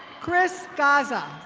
chris gaza.